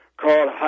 called